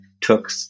took